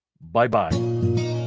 bye-bye